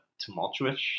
tumultuous